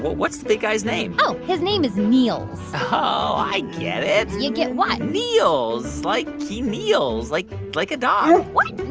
what's the big guy's name? oh, his name is niels oh, i get it you get what? kneels like he kneels like like a dog what?